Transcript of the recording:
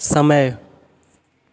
समय